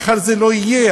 מחר זה לא יהיה.